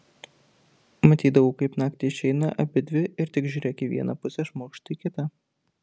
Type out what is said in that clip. matydavau kaip naktį išeina abidvi ir tik žiūrėk į vieną pusę šmurkšt į kitą